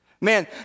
Man